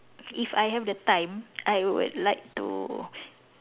if I have the time I would like to